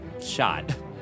shot